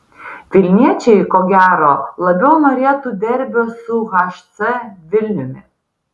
vilniečiai ko gero labiau norėtų derbio su hc vilniumi